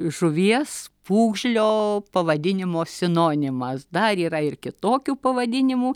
žuvies pūgžlio pavadinimo sinonimas dar yra ir kitokių pavadinimų